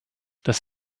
das